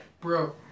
Bro